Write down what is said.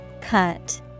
cut